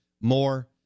more